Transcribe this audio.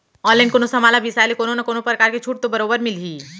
online कोनो समान ल बिसाय ले कोनो न कोनो परकार के छूट तो बरोबर मिलही